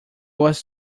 was